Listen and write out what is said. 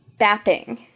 Bapping